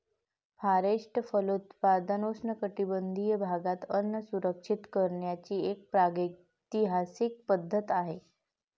forest फलोत्पादन उष्णकटिबंधीय भागात अन्न सुरक्षित करण्याची एक प्रागैतिहासिक पद्धत आहे